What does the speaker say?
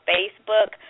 Facebook